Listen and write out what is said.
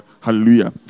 Hallelujah